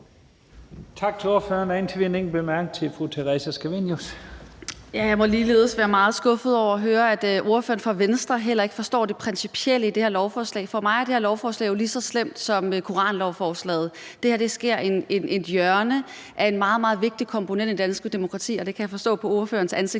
enkelt kort bemærkning til fru Theresa Scavenius. Kl. 15:30 Theresa Scavenius (UFG): Jeg må ligeledes sige, at jeg er meget skuffet over at høre, at ordføreren for Venstre heller ikke forstår det principielle i det her lovforslag. For mig er det her lovforslag jo lige så slemt som koranlovforslaget. Det her skærer et hjørne af en meget, meget vigtig komponent i det danske demokrati, og det kan jeg forstå på ordførerens